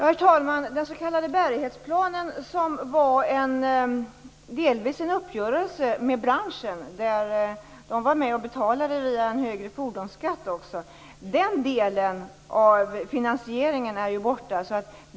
Herr talman! Den s.k. bärighetsplanen var delvis en uppgörelse med branschen. De var med och betalade via en högre fordonsskatt. Den delen av finansieringen är ju borta.